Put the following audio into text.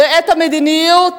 ואת המדיניות